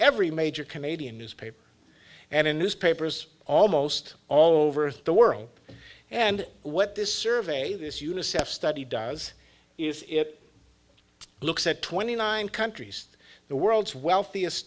every major canadian newspaper and in newspapers almost all over the world and what this survey this unicef study does is it looks at twenty nine countries the world's wealthiest